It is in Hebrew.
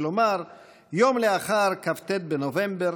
כלומר יום לאחר כ"ט בנובמבר,